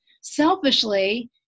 selfishly